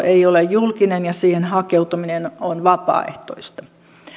ei ole julkinen ja siihen hakeutuminen on vapaaehtoista